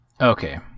okay